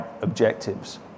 objectives